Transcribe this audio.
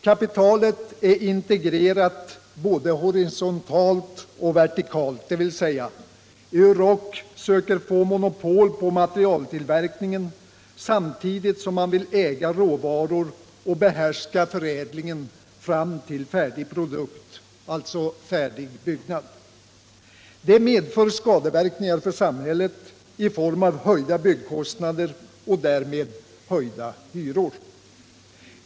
Kapitalet är integrerat både horisontalt och vertikalt, dvs. Euroc söker få monopol på materialtillverkningen, samtidigt som man vill äga råvaror och behärska förädlingen fram till färdig produkt, alltså färdig byggnad. Det medför skadeverkningar för samhället i form av höjda byggkostnader och därmed höjda hyror.